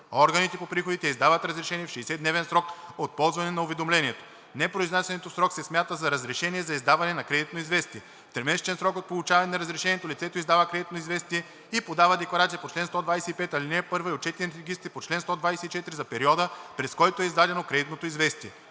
Органите по приходите издават разрешение в 60-дневен срок от подаване на уведомлението. Непроизнасянето в срок се смята за разрешение за издаване на кредитно известие. В тримесечен срок от получаване на разрешението лицето издава кредитно известие и подава декларация по чл. 125, ал. 1 и отчетни регистри по чл. 124 за периода, през който е издадено кредитното известие.